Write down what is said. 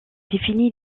définit